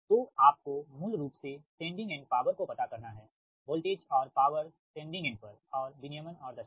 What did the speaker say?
तो आपको मूल रूप से सेंडिंग एंड पावर को पता करना है वोल्टेज और पॉवर सेंडिंग एंड पर और विनियमन और दक्षता